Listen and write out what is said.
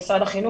במשרד החינוך,